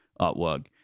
artwork